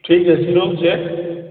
ଠିକ୍ ଅଛି ରହୁଛି ଆଁ